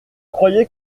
croyais